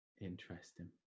interesting